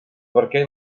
barquer